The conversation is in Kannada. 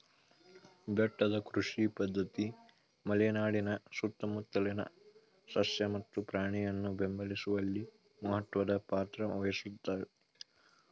ಬೆಟ್ಟದ ಕೃಷಿ ಪದ್ಧತಿ ಮಲೆನಾಡಿನ ಸುತ್ತಮುತ್ತಲ ಸಸ್ಯ ಮತ್ತು ಪ್ರಾಣಿಯನ್ನು ಬೆಂಬಲಿಸುವಲ್ಲಿ ಮಹತ್ವದ್ ಪಾತ್ರ ವಹಿಸುತ್ವೆ